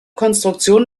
konstruktion